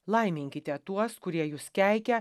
laiminkite tuos kurie jus keikia